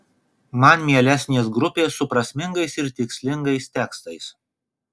man mielesnės grupės su prasmingais ir tikslingais tekstais